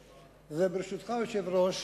ברשותך, אדוני היושב-ראש,